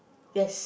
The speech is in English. yes